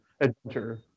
adventure